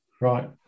Right